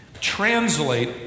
translate